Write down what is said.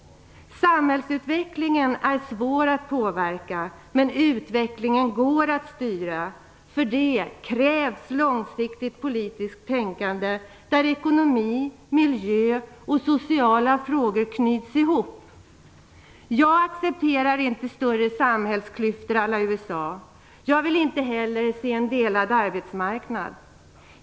Samhällsutvecklingen är svår att påverka, men utvecklingen går att styra. För det krävs långsiktigt politiskt tänkande där ekonomi-, miljö och sociala frågor knyts samman. Jag accepterar inte större samhällsklyftor à la USA. Jag vill inte heller se en delad arbetsmarknad.